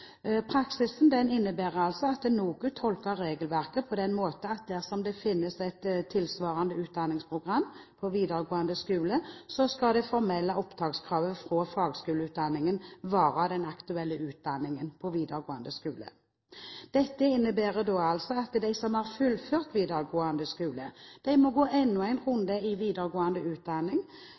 Praksisen innebærer at NOKUT tolker regelverket på den måten at dersom det finnes et tilsvarende utdanningsprogram på videregående skole, skal det formelle opptakskravet for fagskoleutdanningen være den aktuelle utdanningen på videregående skole. Dette innebærer at de som har fullført videregående skole, må gå enda en runde i videregående utdanning